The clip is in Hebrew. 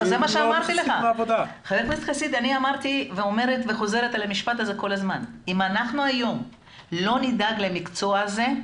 אני חוזרת כל הזמן ואומרת שאם אנחנו היום לא נדאג למקצוע הזה,